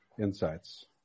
insights